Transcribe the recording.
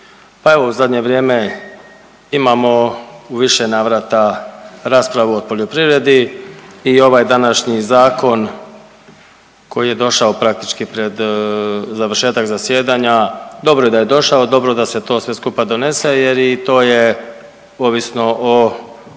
pa evo u zadnje vrijeme imamo u više navrata raspravu o poljoprivredi i ovaj današnjih zakon koji je došao praktički pred završetak zasjedanja, dobro je da je došao, dobro da se to sve skupa donese jer i to je ovisno o